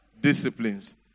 disciplines